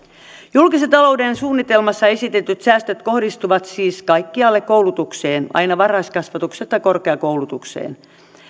julkisen talouden suunnitelmassa esitetyt säästöt kohdistuvat siis kaikkialle koulutukseen aina varhaiskasvatuksesta korkeakoulutukseen